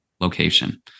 location